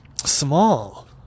small